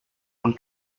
und